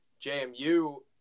JMU